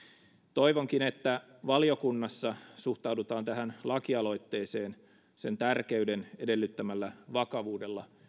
toivonkin että valiokunnassa suhtaudutaan tähän lakialoitteeseen sen tärkeyden edellyttämällä vakavuudella